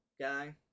guy